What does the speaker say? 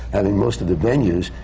having most of the venues,